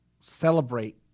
celebrate